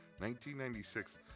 1996